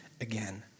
again